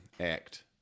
act